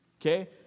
okay